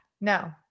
no